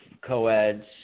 co-eds